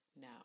now